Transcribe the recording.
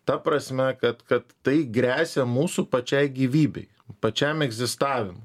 ta prasme kad kad tai gresia mūsų pačiai gyvybei pačiam egzistavim